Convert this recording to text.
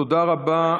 תודה רבה.